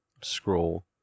scroll